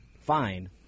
fine